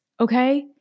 Okay